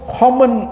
common